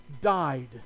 died